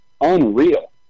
unreal